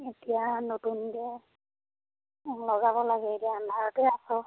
এতিয়া নতুন এতিয়া লগাব লাগে এতিয়া আন্ধাৰতে আছোঁ